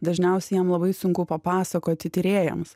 dažniausiai jam labai sunku papasakoti tyrėjams